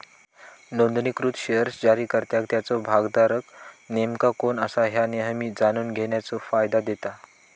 नोंदणीकृत शेअर्स जारीकर्त्याक त्याचो भागधारक नेमका कोण असा ह्या नेहमी जाणून घेण्याचो फायदा देता